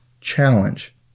challenge